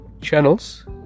channels